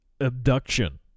abduction